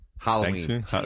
Halloween